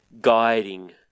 guiding